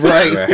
Right